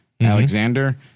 Alexander